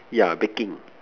yeah baking